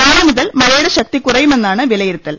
നാളെ മുതൽ മഴയുടെ ശക്തി കുറയുമെന്നാണ് വിലയിരുത്തൽ